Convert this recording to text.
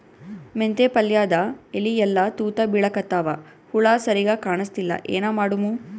ಮೆಂತೆ ಪಲ್ಯಾದ ಎಲಿ ಎಲ್ಲಾ ತೂತ ಬಿಳಿಕತ್ತಾವ, ಹುಳ ಸರಿಗ ಕಾಣಸ್ತಿಲ್ಲ, ಏನ ಮಾಡಮು?